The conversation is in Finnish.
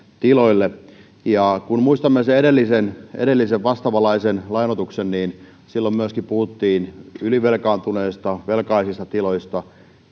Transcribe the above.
tiloille ja kun muistamme sen edellisen edellisen vastaavanlaisen lainoituksen niin silloin puhuttiin myöskin ylivelkaantuneista velkaisista tiloista